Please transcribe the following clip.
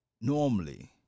normally